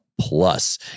Plus